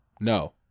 No